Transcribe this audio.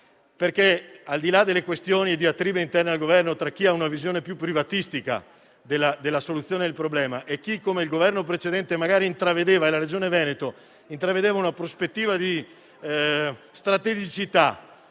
- al di là delle questioni e delle diatribe interne al Governo tra chi ha una visione più privatistica della soluzione del problema e chi, come il Governo precedente e la Regione Veneto, magari intravedeva una prospettiva di strategicità